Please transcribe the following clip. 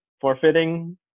forfeiting